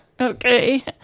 Okay